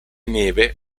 neve